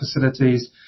facilities